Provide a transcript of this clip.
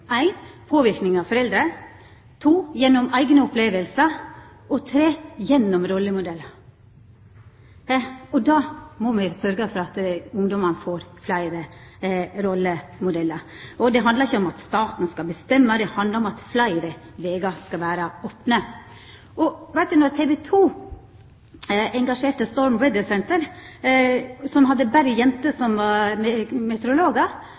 av foreldre, for det andre eigne opplevingar og for det tredje rollemodellar. Da må me sørgja for at ungdommane får fleire rollemodellar. Det handlar ikkje om at staten skal bestemma, det handlar om at fleire vegar skal vera opne. Da TV 2 engasjerte Storm Weather Center, som hadde berre